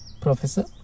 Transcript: professor